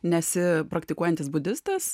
nesi praktikuojantis budistas